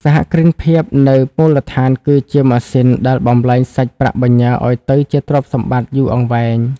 សហគ្រិនភាពនៅមូលដ្ឋានគឺជា "ម៉ាស៊ីន" ដែលបំប្លែងសាច់ប្រាក់បញ្ញើឱ្យទៅជាទ្រព្យសម្បត្តិយូរអង្វែង។